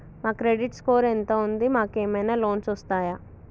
మా credit score ఎంత ఉంది? మాకు ఏమైనా లోన్స్ వస్తయా?